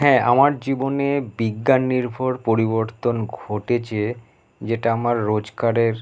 হ্যাঁ আমার জীবনে বিজ্ঞান নির্ভর পরিবর্তন ঘটেছে যেটা আমার রোজকারের